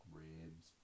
ribs